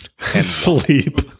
Sleep